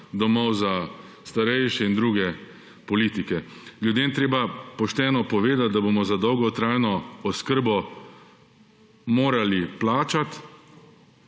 domov za starejše in druge politike. Ljudem je treba pošteno povedati, da bomo za dolgotrajno oskrbo morali plačati